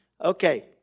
Okay